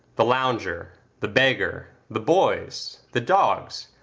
the lounger, the beggar, the boys, the dogs,